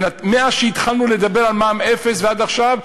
מאז התחלנו לדבר על מע"מ אפס ועד עכשיו,